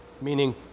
meaning